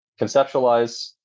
conceptualize